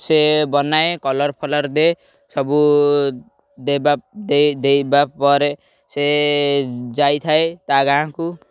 ସେ ବନାଏ କଲର୍ଫଲର୍ ଦେ ସବୁ ଦେବା ଦେଇବା ପରେ ସେ ଯାଇଥାଏ ତା ଗାଁକୁ